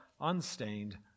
unstained